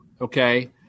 okay